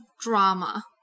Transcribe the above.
drama